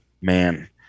man